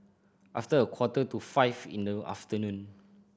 after a quarter to five in the afternoon